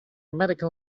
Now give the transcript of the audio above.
medical